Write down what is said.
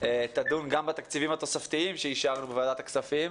תדון גם בתקציבים התוספתיים שאישרנו בוועדת הכספים,